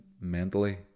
mentally